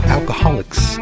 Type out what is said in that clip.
Alcoholics